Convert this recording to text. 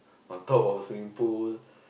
on top of swimming pool